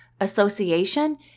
association